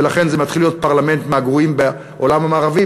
ולכן זה מתחיל להיות פרלמנט מהגרועים בעולם המערבי,